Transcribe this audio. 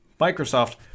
Microsoft